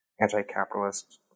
anti-capitalist